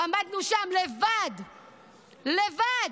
ועמדנו שם לבד, לבד,